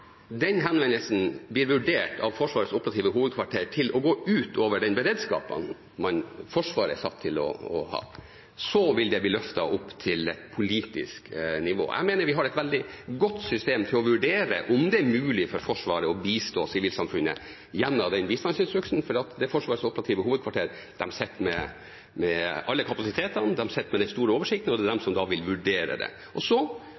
den henvendelsen blir vurdert av Forsvarets operative hovedkvarter til å gå ut over den beredskapen Forsvaret er satt til å ha, vil det bli løftet opp til politisk nivå. Jeg mener vi har et veldig godt system for å vurdere om det er mulig for Forsvaret å bistå sivilsamfunnet gjennom den bistandsinstruksen, for Forsvarets operative hovedkvarter sitter med alle kapasitetene, de sitter med den store oversikten, og det er de som da vil vurdere det. Så